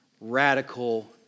radical